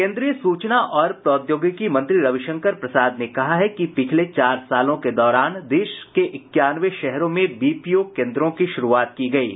केन्द्रीय सूचना और प्रौद्योगिकी मंत्री रविशंकर प्रसाद ने कहा है कि पिछले चार सालों के दौरान देश के इक्यानवे शहरों में बीपीओ केन्द्रों की शुरूआत की गयी है